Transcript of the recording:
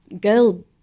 girl